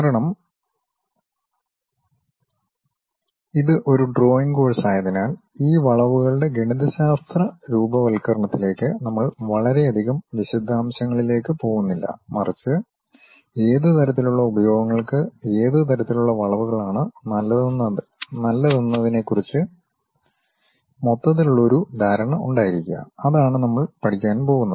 കാരണം ഇത് ഒരു ഡ്രോയിംഗ് കോഴ്സായതിനാൽ ഈ വളവുകളുടെ ഗണിതശാസ്ത്ര രൂപവത്കരണത്തിലേക്ക് നമ്മൾ വളരെയധികം വിശദാംശങ്ങളിലേക്ക് പോകുന്നില്ല മറിച്ച് ഏത് തരത്തിലുള്ള ഉപയോഗങ്ങൾക്ക് ഏത് തരത്തിലുള്ള വളവുകളാണ് നല്ലതെന്നതിനെക്കുറിച്ച് മൊത്തത്തിലുള്ള ഒരു ധാരണ ഉണ്ടായിരിക്കുക അതാണ് നമ്മൾ പഠിക്കാൻ പോകുന്നത്